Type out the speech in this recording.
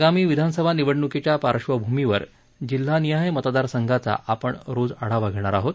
आगामी विधानसभा निवडणुकीच्या पार्श्वभूमीवर जिल्हानिहाय मतदार संघांचा आपण रोज आढावा घेणार आहोत